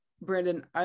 Brandon